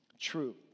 true